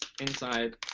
inside